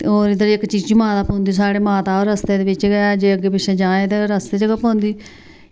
होर इद्धर इक चीची माता पौंदी साढ़े माता ओह् रस्ते दे बिच गै जे अग्गें पिच्छें जाना होऐ ते रस्ते च गै पौंदी